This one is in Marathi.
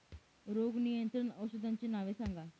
रोग नियंत्रण औषधांची नावे सांगा?